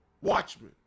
Watchmen